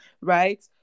right